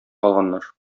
алганнар